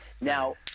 Now